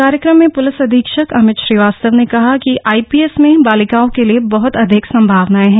कार्यक्रम में प्लिस अधीक्षक अमित श्रीवास्तव ने कहा कि आईपीएस में बालिकाओं के लिए बहत अधिक संभावनाएं हैं